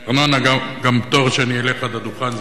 פטור מארנונה, זה גם פטור שאלך לדוכן.